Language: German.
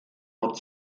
hat